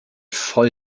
voll